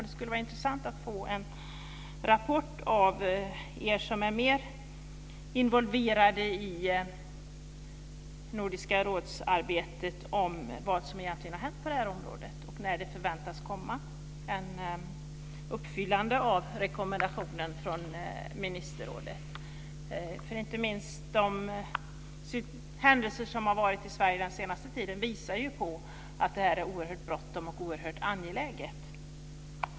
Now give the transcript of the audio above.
Det skulle vara intressant att få en rapport av er som är mer involverade i Nordiska rådets arbete om vad som egentligen har hänt på detta område och när ett uppfyllande av rekommendationen från ministerrådet väntas komma. Inte minst händelserna i Sverige den senaste tiden visar att detta är oerhört brådskande och angeläget.